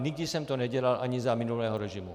Nikdy jsem to nedělal, ani za minulého režimu.